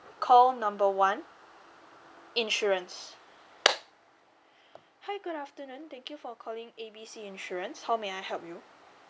call number one insurance hi good afternoon thank you for calling A B C insurance how may I help you